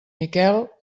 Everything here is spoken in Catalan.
miquel